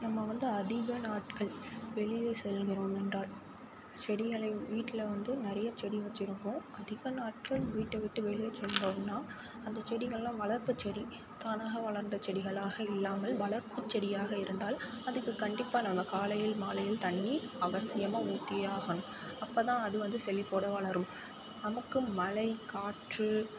நம்ம வந்து அதிக நாட்கள் வெளியில் செல்கிறோம் என்றால் செடிகளை வீட்டில் வந்து நிறைய செடி வச்சுருப்போம் அதிக நாட்கள் வீட்டை விட்டு வெளியே செல்கிறோம்ன்னா அந்த செடிகள்லாம் வளர்ப்பு செடி தானாக வளர்ந்த செடிகளாக இல்லாமல் வளர்ப்பு செடியாக இருந்தால் அதுக்கு கண்டிப்பாக நாம் காலையில் மலையில் தண்ணிர் அவசியமாக ஊற்றியே ஆகணும் அப்போதான் அது வந்து செழிப்போடு வளரும் நமக்கும் மழை காற்று